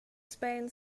spain